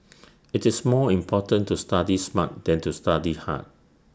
IT is more important to study smart than to study hard